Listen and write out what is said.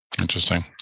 Interesting